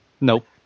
Nope